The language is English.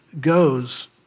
goes